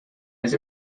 was